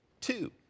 Two